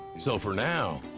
so for now,